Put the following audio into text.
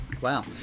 Wow